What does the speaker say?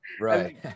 right